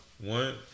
One